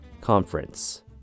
Conference